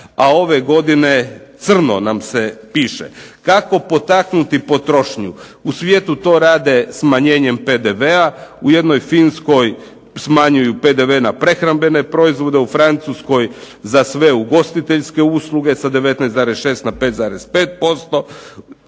a ove godine crno nam se piše. Kako potaknuti potrošnju? U svijetu to rade smanjenjem PDV-a. U jednoj Finskoj smanjuju PDV na prehrambene proizvode, u Francuskoj za sve ugostiteljske usluge sa 19,6 na 5,5%.